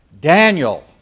Daniel